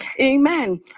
Amen